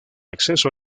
acceso